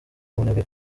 umunebwe